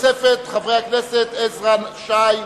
חברי הכנסת עזרא ושי,